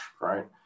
right